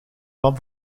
kwam